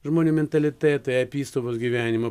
žmonių mentalitetai apystovos gyvenimo